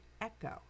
echo